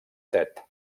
tet